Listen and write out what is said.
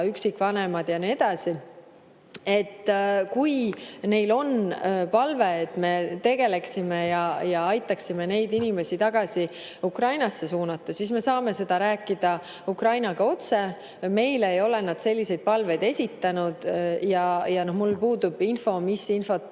üksikvanemad ja nii edasi. Kui Ukrainal on palve, et me tegeleksime sellega ja aitaksime neid inimesi tagasi Ukrainasse suunata, siis me saame sellest rääkida Ukrainaga otse. Meile ei ole nad selliseid palveid esitanud ja mul puudub info, mis infot